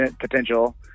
potential